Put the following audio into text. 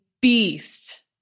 beast